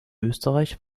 österreich